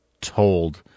told